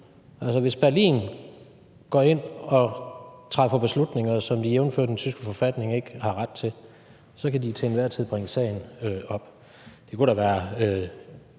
Hvis Berlin går ind og træffer beslutninger, som Berlin jævnfør den tyske forfatning ikke har ret til, så kan de til enhver tid bringe sagen op. Det kunne da været